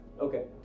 okay